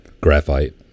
Graphite